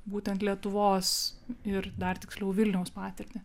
būtent lietuvos ir dar tiksliau vilniaus patirtį